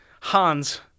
Han's